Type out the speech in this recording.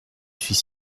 suis